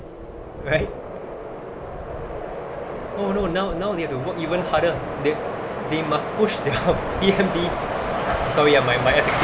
right oh no now now they have to work even harder they they must push the P_M_D sorry ya my my